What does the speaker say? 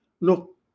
Look